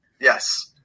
Yes